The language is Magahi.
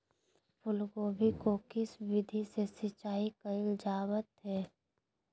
फूलगोभी को किस विधि से सिंचाई कईल जावत हैं?